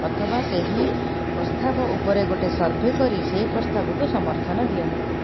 ଅଥବା ସେହି ପ୍ରସ୍ତାବ ଉପରେ ଗୋଟେ ସର୍ଭେ କରି ସେହି ପ୍ରସ୍ତାବକୁ ସମର୍ଥନ ଦିଅନ୍ତି